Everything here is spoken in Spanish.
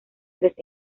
tres